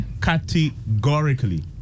Categorically